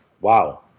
Wow